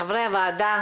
חברי הוועדה,